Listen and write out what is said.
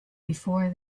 before